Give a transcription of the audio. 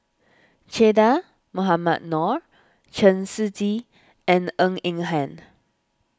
Che Dah Mohamed Noor Chen Shiji and Ng Eng Hen